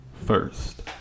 first